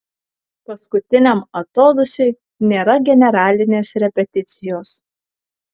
paskutiniam atodūsiui nėra generalinės repeticijos